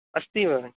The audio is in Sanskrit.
अस्ति व